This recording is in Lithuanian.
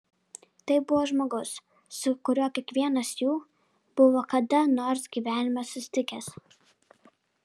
tai buvo žmogus su kuriuo kiekvienas jų buvo kada nors gyvenime susitikęs